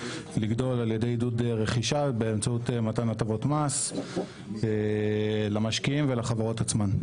לגדול על-ידי עידוד רכישה באמצעות מתן הטבות מס למשקיעים ולחברות עצמן.